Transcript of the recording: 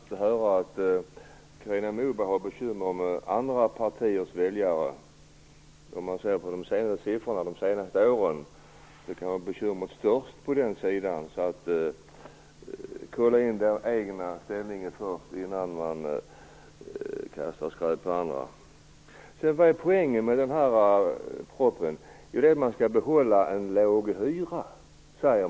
Fru talman! Det var intressant att höra att Carina Moberg har bekymmer med andra partiers väljare. Om vi ser på siffrorna under de senaste åren, verkar bekymret vara störst på hennes egen sida. Carina Moberg bör kolla den egna ställningen innan hon kastar skräp på andra. Det sägs att poängen med propositionen är att behålla en låg hyra.